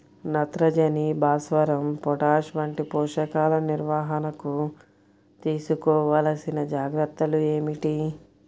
నత్రజని, భాస్వరం, పొటాష్ వంటి పోషకాల నిర్వహణకు తీసుకోవలసిన జాగ్రత్తలు ఏమిటీ?